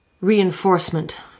reinforcement